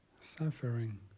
suffering